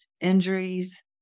injuries